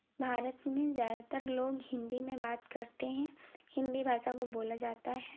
भारत में ज़्यादातर लोग हिंदी में बात करते हैं हिंदी भाषा को बोला जाता है